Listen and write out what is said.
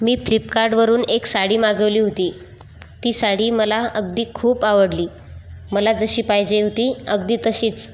मी फिपकार्डवरून एक साडी मागवली होती ती साडी मला अगदी खूप आवडली मला जशी पाहिजे होती अगदी तशीच